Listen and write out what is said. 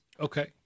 Okay